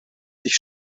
sich